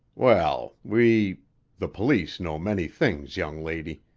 well we the police know many things, young lady.